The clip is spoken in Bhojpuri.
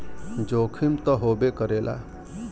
जोखिम त होबे करेला